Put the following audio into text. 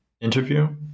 interview